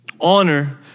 Honor